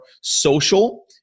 social